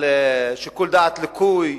על שיקול דעת לקוי,